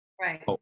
Right